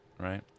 right